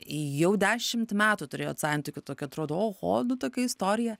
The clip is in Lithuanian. jau dešimt metų turėjot santykių tokių atrodo oho nu tokia istorija